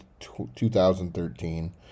2013